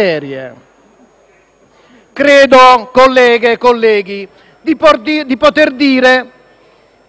Colleghe e colleghi, credo di poter dire